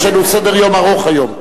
יש לנו סדר-יום ארוך היום.